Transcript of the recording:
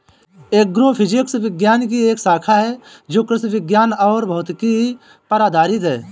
agrophysics विज्ञान की एक शाखा है जो कृषि विज्ञान और भौतिकी पर आधारित है